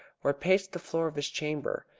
or paced the floor of his chamber.